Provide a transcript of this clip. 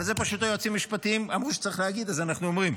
אבל פשוט היועצים המשפטיים אמרו שצריך להגיד אז אנחנו אומרים.